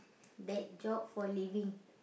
that job for living